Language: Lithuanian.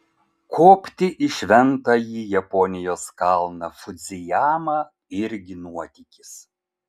kopti į šventąjį japonijos kalną fudzijamą irgi nuotykis